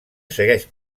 segueix